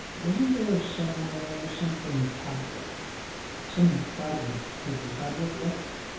wasn't there, somewhere, something palpable some fragment of the fabric left?